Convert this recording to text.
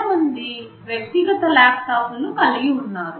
మనలో చాలామంది వ్యక్తిగత ల్యాప్టాప్లను కలిగి ఉన్నారు